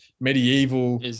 medieval